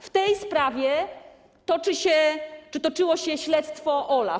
W tej sprawie toczy się czy toczyło się śledztwo OLAF.